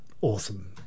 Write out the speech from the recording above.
awesome